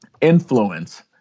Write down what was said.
influence